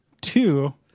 two